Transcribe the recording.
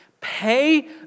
pay